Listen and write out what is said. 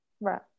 Right